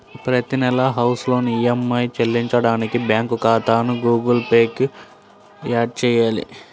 ప్రతి నెలా house loan EMI చెల్లించడానికి బ్యాంకు ఖాతాను గుగుల్ పే కు యాడ్ చేయాలి